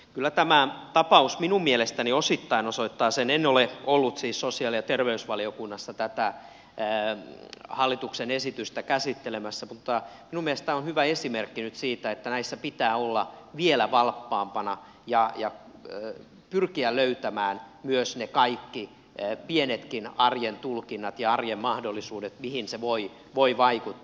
kyllä tämä tapaus minun mielestäni en ole ollut siis sosiaali ja terveysvaliokunnassa tätä hallituksen esitystä käsittelemässä on hyvä esimerkki nyt siitä että näissä pitää olla vielä valppaampana ja pyrkiä löytämään myös ne kaikki pienetkin arjen tulkinnat ja arjen mahdollisuudet mihin se voi vaikuttaa